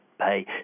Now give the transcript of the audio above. pay